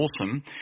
awesome